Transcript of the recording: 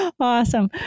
awesome